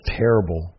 terrible